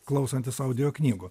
klausantis audio knygų